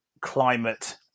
climate